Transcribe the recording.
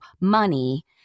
money